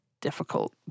difficult